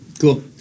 Cool